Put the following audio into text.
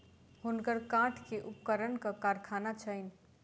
हुनकर काठ के उपकरणक कारखाना छैन